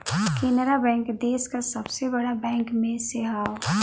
Canara bank देस का सबसे बड़ा बैंक में से हौ